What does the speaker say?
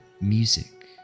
music